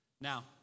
Now